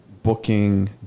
Booking